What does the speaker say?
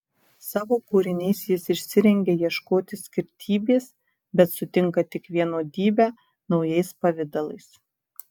savo kūriniais jis išsirengia ieškoti skirtybės bet sutinka tik vienodybę naujais pavidalais